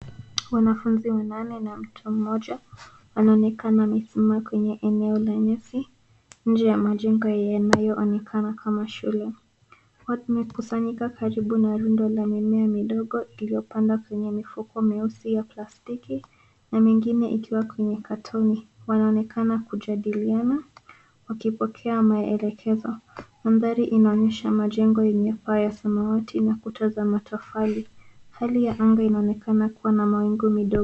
Wanafunzi wanane na mtu mmoja wanaonekana wamesimama kwenye eneo la nyasi, nje ya majengo yanayoonekana kama shule. Wamekusanyika karibu na rundo la mimea midogo iliyopanda kwenye mifuko meusi ya plastiki na mengine ikiwa kwenye katoni , wanaonekana kujadiliana, wakipokea maelekezo. Mandhari inaonyesha majengo yenye paa ya samawati na kuta za matofali. Hali ya anga inaonekana kuwa na mawingu midogo.